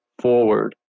forward